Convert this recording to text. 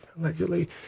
allegedly